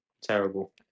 Terrible